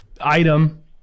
item